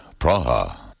Praha